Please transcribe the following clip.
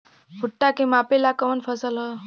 भूट्टा के मापे ला कवन फसल ह?